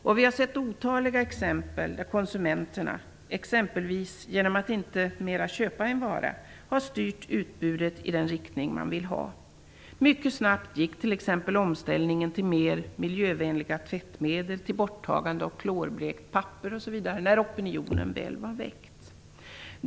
Och vi har sett otaliga exempel där konsumenterna - exempelvis genom att inte mera köpa en vara - har styrt utbudet i den riktning man vill ha. Mycket snabbt gick t.ex. omställningen till mer miljövänliga tvättmedel och till borttagande av klorblekt papper, när opinionen väl var väckt.